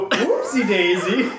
whoopsie-daisy